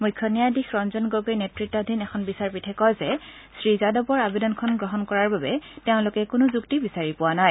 মুখ্য ন্যায়াধীশ ৰঞ্জন গগৈ নেতৃতাধীন এখন বিচাৰপীঠে কয় যে শ্ৰীযাদৱৰ আবেদনখন গ্ৰহণ কৰাৰ বাবে তেওঁলোকে কোনো যুক্তি বিচাৰি পোৱা নাই